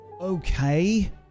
Okay